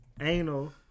anal